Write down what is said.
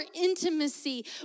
intimacy